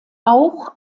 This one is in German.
auch